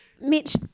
Mitch